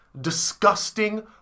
Disgusting